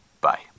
Bye